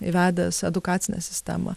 įvedęs edukacinę sistemą